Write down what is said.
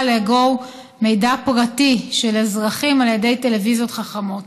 לאגור מידע פרטי של אזרחים על ידי טלוויזיות חכמות?